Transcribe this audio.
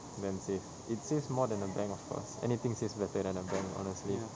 then save it saves more than a bank of course anything saves better than a bank honestly